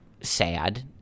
sad